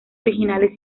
originales